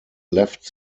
left